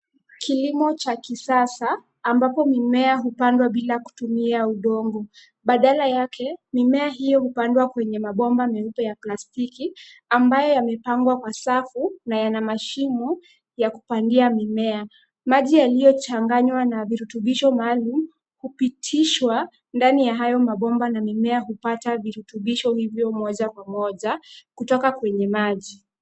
Kilimo cha kisasa ambapo mimea hupandwa bila kutumia udongo. Badala yake, mimea hiyo hupandwa kwenye mabomba meupe ya plastiki ambayo yamepangwa kwa safu na yana mashimo ya kupandia mimea. Maji yaliyochanganywa na virutubisho maalum hupitishwa ndani ya hayo mabomba na mimea hupata virutubisho hivyo moja kwa moja kutoka kwenye maji.